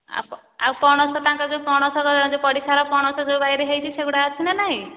ଆଉ ପଣସ ତାଙ୍କର ଯୋଉ ପଡ଼ିଶା ଘର ପଣସ ଯୋଉ ବାଡ଼ିରେ ହେଇଛି ସେଗୁଡ଼ା ଅଛି ନା ନାହିଁ